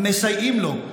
ומסייעות לו.